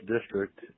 district